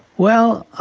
well,